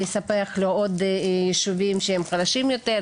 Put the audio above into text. לספח לו עוד יישובים שהם חלשים יותר,